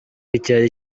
icyari